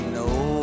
no